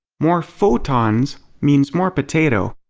more photons means more potato.